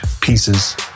pieces